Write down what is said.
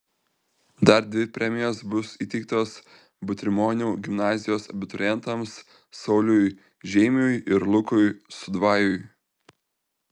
dar dvi premijos bus įteiktos butrimonių gimnazijos abiturientams sauliui žeimiui ir lukui sudvajui